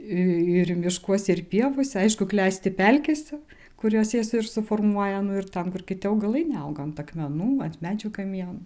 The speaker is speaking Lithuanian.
ir miškuose ir pievose aišku klesti pelkėse kurios jie ir suformuoja nu ir ten kur kiti augalai neauga ant akmenų ant medžių kamienų